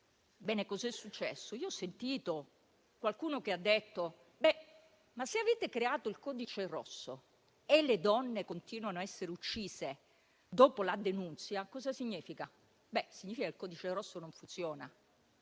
che cosa è successo? Ho sentito qualcuno chiedere: se avete creato il codice rosso e le donne continuano a essere uccise dopo la denunzia, cosa significa? Significa che il codice rosso non funziona?